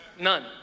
None